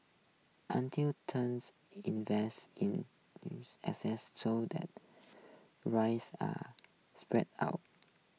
until turns invest in news assets so that rise are spread out